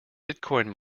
bitcoin